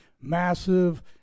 massive